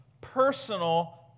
personal